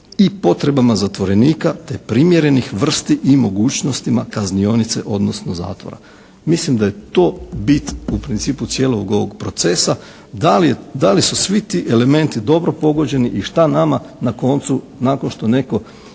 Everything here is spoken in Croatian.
i potrebama zatvorenika te primjerenih vrsti i mogućnostima kaznionice odnosno zatvora. Mislim da je to bit u principu cijelog ovog procesa. Da li su svi ti elementi dobro pogođeni i šta nama na koncu nakon što netko